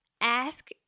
ask